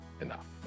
enough